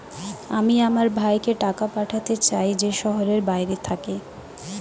আমি আমার ভাইকে টাকা পাঠাতে চাই যে শহরের বাইরে থাকে